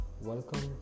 Welcome